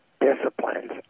disciplines